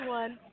one